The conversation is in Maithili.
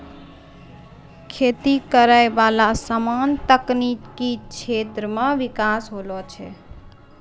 खेती करै वाला समान से तकनीकी क्षेत्र मे बिकास होलो छै